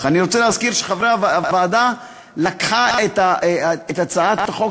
אני רוצה להזכיר שהוועדה לקחה את הצעת החוק